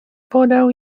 podał